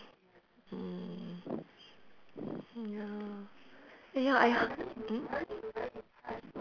mm ya eh ya I heard